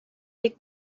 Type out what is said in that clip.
des